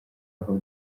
aho